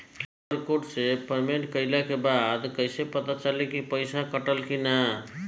QR code से payment कईला के बाद कईसे पता चली की पैसा कटल की ना?